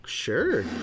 Sure